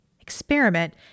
experiment